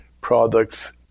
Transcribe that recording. products